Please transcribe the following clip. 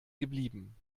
geblieben